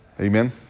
Amen